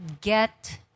get